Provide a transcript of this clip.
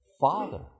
Father